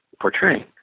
portraying